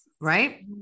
Right